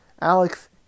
Alex